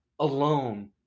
alone